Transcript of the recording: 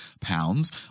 pounds